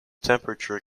temperature